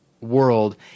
world